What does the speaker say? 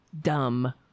dumb